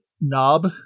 Knob